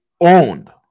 owned